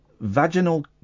Vaginal